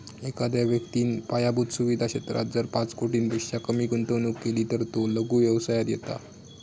एखाद्या व्यक्तिन पायाभुत सुवीधा क्षेत्रात जर पाच कोटींपेक्षा कमी गुंतवणूक केली तर तो लघु व्यवसायात येता